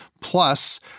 Plus